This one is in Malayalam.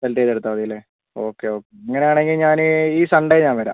സെലക്ട് ചെയ്ത് എടുത്താൽ മതി അല്ലേ ഓക്കെ അങ്ങനെ ആണെങ്കിൽ ഞാൻ ഈ സൺഡേ ഞാൻ വരാം